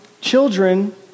children